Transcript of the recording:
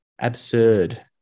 Absurd